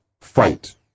Fight